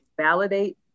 validate